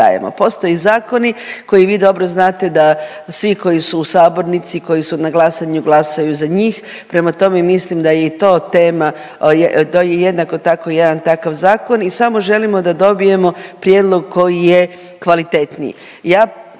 postoje zakoni koji vi dobro znate da svi koji su u sabornici i koji su na glasanju glasaju za njih. Prema tome, mislim da je i to tema, to je jednako tako jedan takav zakon i samo želimo da dobijemo prijedlog koji je kvalitetniji.